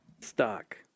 stock